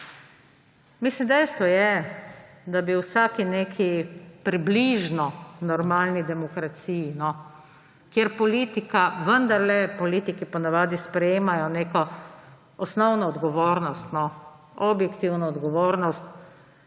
mislim, dejstvo je, da bi v vsaki neki približno normalni demokraciji, kjer politiki po navadi sprejemajo neko osnovno odgovornost, objektivno odgovornost,